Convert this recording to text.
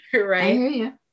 Right